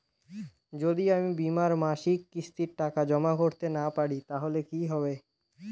যদি আমি বীমার মাসিক কিস্তির টাকা জমা করতে না পারি তাহলে কি হবে?